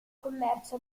commercio